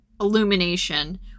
Illumination